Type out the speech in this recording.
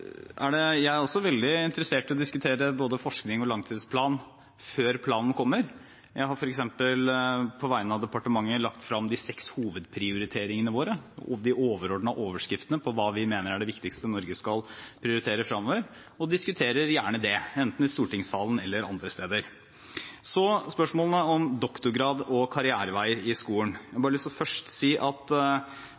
om det. Jeg er også veldig interessert i å diskutere både forskning og langtidsplan før planen kommer. Jeg har f.eks. på vegne av departementet lagt frem de seks hovedprioriteringene våre og de overordnede overskriftene på hva vi mener er det viktigste Norge skal prioritere fremover, og diskuterer gjerne det enten i stortingssalen eller andre steder. Så til spørsmålene om doktorgrad og karriereveier i skolen. Jeg har